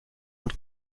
und